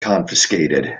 confiscated